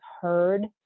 heard